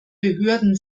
behörden